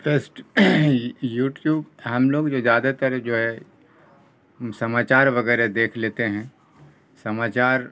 fest YouTube ہم لوگ جو زیادہ تر جو ہے سماچار وغیرہ دیکھ لیتے ہیں سماچار